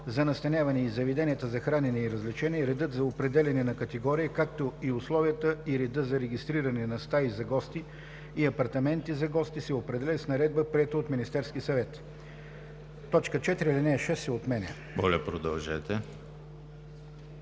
за настаняване и заведенията за хранене и развлечения, редът за определяне на категория, както и условията и редът за регистриране на стаи за гости и апартаменти за гости се определят с наредба, приета от Министерския съвет.“ 4. Алинея 6 се отменя.“ Комисията